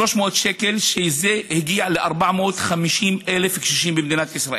300 שקל, שזה הגיע ל-450,000 קשישים במדינת ישראל.